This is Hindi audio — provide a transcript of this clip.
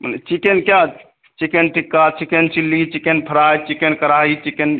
माने चिक़न क्या chicken tikka chicken chilli chicken fry chicken kadhai chicken